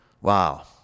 wow